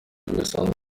birasanzwe